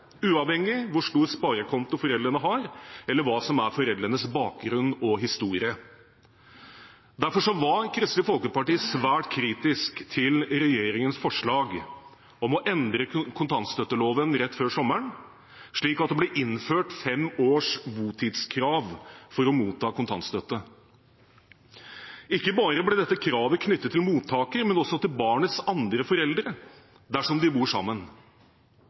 uavhengig av hvor stor sparekonto foreldrene har, eller hva som er foreldrenes bakgrunn og historie. Derfor var Kristelig Folkeparti svært kritisk til regjeringens forslag rett før sommeren om å endre kontantstøtteloven, slik at det ble innført fem års botidskrav for å motta kontantstøtte. Ikke bare ble dette kravet knyttet til mottakeren, men også til barnets andre forelder dersom de bor sammen.